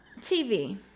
TV